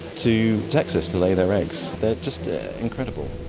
to texas to lay their eggs. they're just incredible.